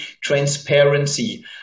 transparency